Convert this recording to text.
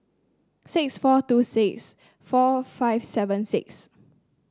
six four two six four five seven six